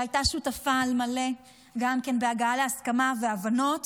שהייתה שותפה על מלא גם כן בהגעה להסכמה ולהבנות